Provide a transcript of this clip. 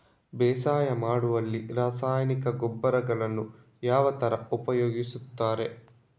ಬೇಸಾಯ ಮಾಡುವಲ್ಲಿ ರಾಸಾಯನಿಕ ಗೊಬ್ಬರಗಳನ್ನು ಯಾವ ತರ ಉಪಯೋಗಿಸುತ್ತಾರೆ?